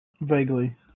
Vaguely